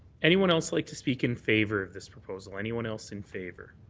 anyone else like to speak in favour of this proposal? anyone else in favour?